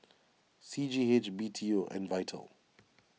C G H B T O and Vital